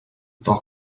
the